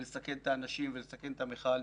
ולסכן את האנשים ולסכן את המכל.